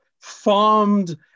farmed